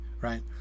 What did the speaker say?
right